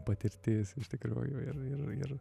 patirtis iš tikrųjų ir ir ir